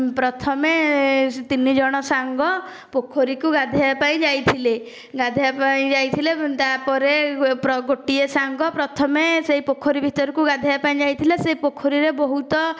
ପ୍ରଥମେ ତିନିଜଣ ସାଙ୍ଗ ପୋଖରୀକୁ ଗାଧୋଇବା ପାଇଁ ଯାଇଥିଲେ ଗାଧୋଇବା ପାଇଁ ଯାଇଥିଲେ ତାପରେ ଗୋଟିଏ ସାଙ୍ଗ ପ୍ରଥମେ ସେହି ପୋଖରୀ ଭିତରକୁ ଗାଧୋଇବା ପାଇଁ ଯାଇଥିଲା ସେହି ପୋଖରୀରେ ବହୁତ